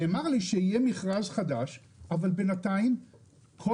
נאמר לי שיהיה מכרז חדש אבל בינתיים כל